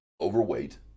overweight